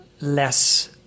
less